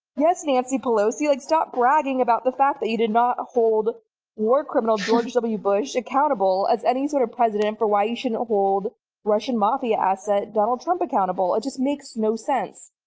yes, nancy pelosi like stop bragging about the fact that you did not hold war criminal george w. bush accountable as any sort of precedent for why you shouldn't hold russian mafia asset donald trump accountable. it just makes no sense.